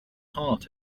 heart